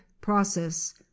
process